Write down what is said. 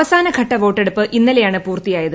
അവസാന ഘട്ട വോട്ടെടുപ്പ് ഇന്നലെയാണ് പൂർത്തിയായത്